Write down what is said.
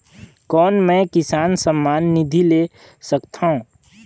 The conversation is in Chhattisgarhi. कौन मै किसान सम्मान निधि ले सकथौं?